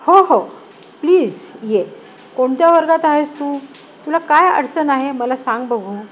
हो हो प्लीज ये कोणत्या वर्गात आहेस तू तुला काय अडचण आहे मला सांग बघू